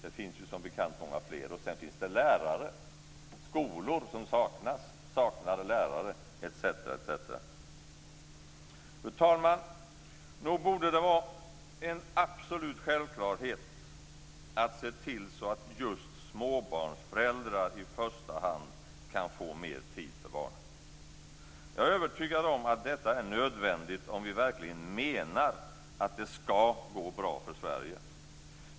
Det finns ju som bekant många fler. Sedan finns det skolor som saknar lärare etc. Fru talman! Nog borde det vara en absolut självklarhet att se till att just småbarnsföräldrar i första hand kan få mer tid för barnen. Jag är övertygad om att detta är nödvändigt om vi verkligen menar att det ska gå bra för Sverige.